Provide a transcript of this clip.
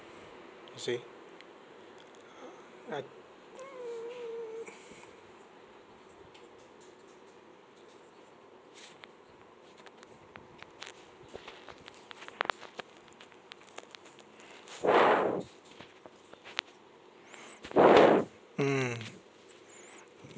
you see like mm